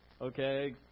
Okay